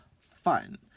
fun